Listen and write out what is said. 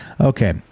Okay